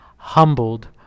humbled